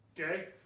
okay